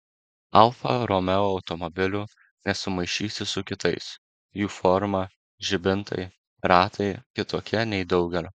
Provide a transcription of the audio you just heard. alfa romeo automobilių nesumaišysi su kitais jų forma žibintai ratai kitokie nei daugelio